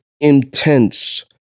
intense